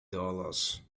dollars